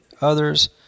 others